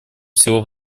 всего